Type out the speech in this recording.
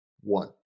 One